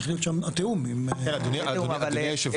צריך להיות שם התיאום --- אדוני יושב